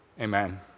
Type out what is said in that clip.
Amen